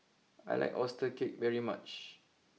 I like Oyster Cake very much